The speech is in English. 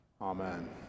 Amen